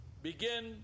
begin